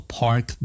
park